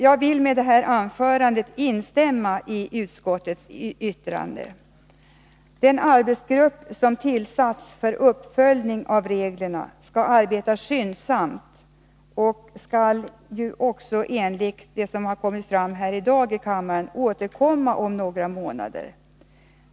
Jag vill med detta anförande instämma i utskottets skrivning. Den arbetsgrupp som tillsatts för uppföljning av reglerna skall arbeta skyndsamt och, enligt det som har kommit fram här i dag i kammaren, återkomma om några månader.